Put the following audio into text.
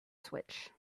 switch